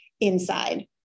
inside